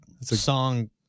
song